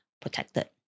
protected